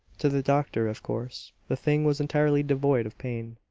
to the doctor, of course, the thing was entirely devoid of pain.